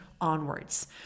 onwards